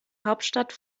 hauptstadt